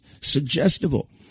suggestible